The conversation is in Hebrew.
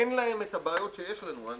אין להם את הבעיות שיש לנו.